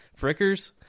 Frickers